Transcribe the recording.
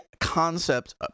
concept